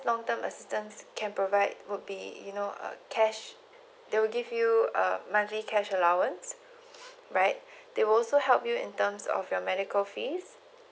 long term assistance can provide you know uh cash they will give you a monthly cash allowance right they will also help you in terms of your medical fees